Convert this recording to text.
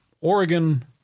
Oregon